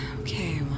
Okay